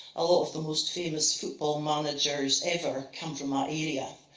a lot of the most famous football managers ever come from our area,